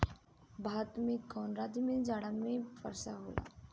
भारत के कवना राज्य में जाड़ा में वर्षा होला?